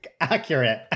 accurate